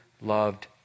loved